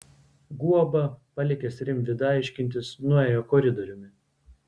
guoba palikęs rimvydą aiškintis nuėjo koridoriumi